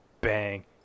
bang